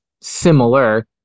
similar